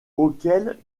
auquel